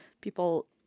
people